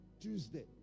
Tuesday